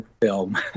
film